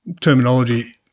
terminology